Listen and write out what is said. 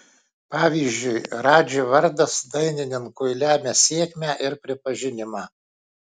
pavyzdžiui radži vardas dainininkui lemia sėkmę ir pripažinimą